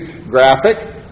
graphic